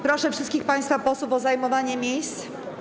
Proszę wszystkich państwa posłów o zajmowanie miejsc.